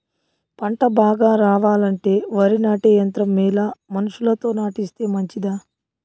పంట బాగా రావాలంటే వరి నాటే యంత్రం మేలా మనుషులతో నాటిస్తే మంచిదా?